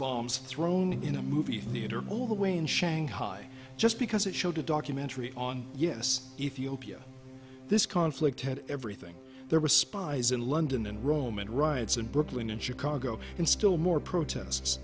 bombs thrown in a movie theater all the way in shanghai just because it showed a documentary on yes ethiopia this conflict had everything there were spies in london and rome and riots in brooklyn and chicago and still more protests